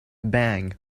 bang